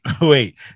wait